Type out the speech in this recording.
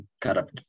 corrupt